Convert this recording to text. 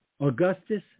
Augustus